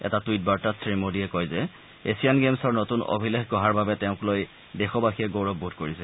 এটা টুইট বাৰ্তাত শ্ৰী মোদীয়ে কয় যে এছিয়ান গেমছৰ নতূন অভিলেখ গঢ়াৰ বাবে তেওঁক লৈ দেশবাসীয়ে গৌৰৱবোধ কৰিছে